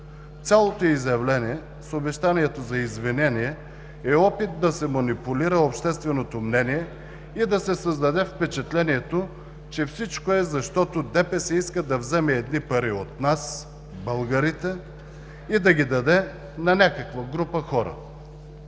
Цялото изявление с обещанията за извинение е опит да се манипулира общественото мнение и да се създаде впечатлението, че всичко е, защото ДПС иска да вземе едни пари от нас – българите, и да ги даде на някаква група хора.